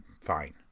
fine